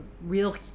real